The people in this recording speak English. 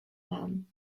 man